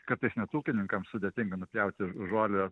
kartais net ūkininkams sudėtinga nupjauti žolę